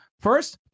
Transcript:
First